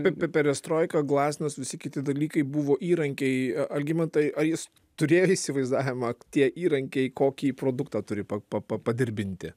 bet pe perestroika glasnost visi kiti dalykai buvo įrankiai a algimantai ar jis turėjo įsivaizdavimą tie įrankiai kokį produktą turi po pa pa padirbinti